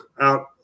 out